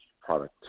product